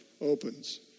opens